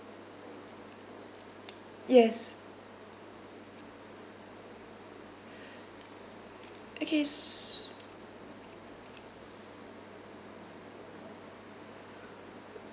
yes okay s~